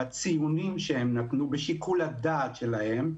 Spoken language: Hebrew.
בציונים שהם נתנו בשיקול הדעת שלהם,